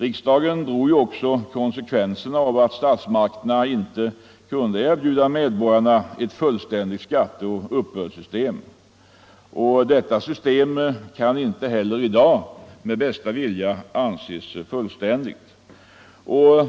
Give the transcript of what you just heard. Riksdagen drog också konsekvenserna av att statsmakterna inte kunde erbjuda medborgarna ett fullständigt skatteoch uppbördssystem. Detta system kan inte heller i dag med bästa vilja anses fullständigt.